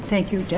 thank you, yeah